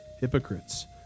hypocrites